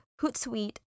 hootsuite